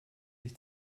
sich